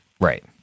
Right